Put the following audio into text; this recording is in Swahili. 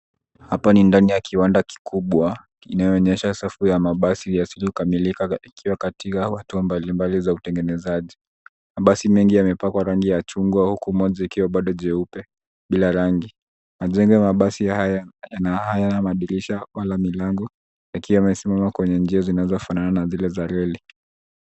Hapa ni ndani ya kiwanda kikubwa inayonyesha safu ya mabasi yasiyokamilika ikiwa katika hatua mbali mbali za utengenezaji mabasi mengi yamepakwa rangi ya chungwa huku moja ikiwa bado jeupe bila rangi. Majengo ya mabasi haya hayana madirisha wala milango yakiwa yamesimama kwenye njia zinazofanana na zile za reli.